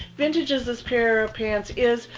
vintage as as pair of pants is,